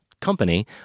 company